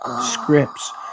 scripts